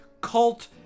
cult